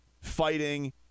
fighting